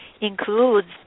includes